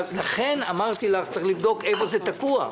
ולכן אמרתי שצריך לבדוק איפה זה תקוע.